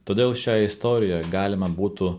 todėl šią istoriją galima būtų